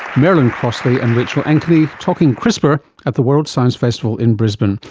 merlin crossley and rachel ankeny talking crispr at the world science festival in brisbane.